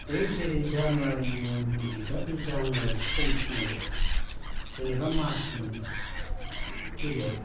बे जेरै जानुवारि मुंनि बिबार बे जानुवारि समखिनिआवल' जेनेबा मास मोननै ओरैहाय